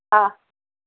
অঁ